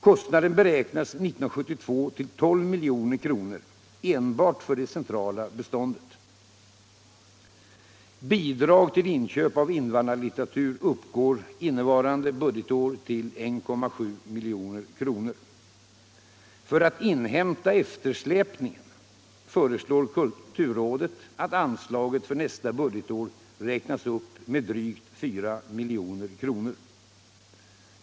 Kostnaden beräknades 1972 till 12 milj.kr. enbart för det centrala beståndet. till 1,7 milj.kr. För att inhämta eftersläpningen föreslår kulturrådet att anslaget för nästa budgetår räknas upp med drygt 4 milj.kr.